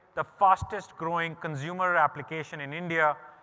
the fastest growing consumer application in india.